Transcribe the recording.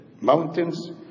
mountains